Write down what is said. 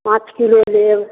पाँच किलो लेब